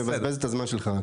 אתה מבזבז את הזמן שלך.